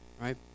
right